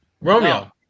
Romeo